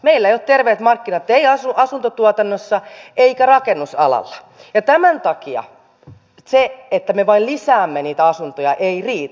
meillä ei ole terveet markkinat asuntotuotannossa eikä rakennusalalla ja tämän takia se että me vain lisäämme niitä asuntoja ei riitä